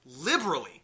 liberally